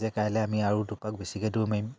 যে কাইলৈ আমি আৰু দুপাক বেছিকৈ দৌৰ মাৰিম